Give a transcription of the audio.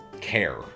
care